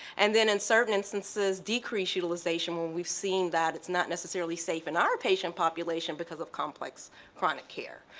and then in certain instances decrease utilization when we've seen that it's not necessarily safe in our patient population because of complex chronic care.